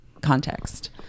context